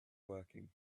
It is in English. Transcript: woking